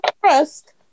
trust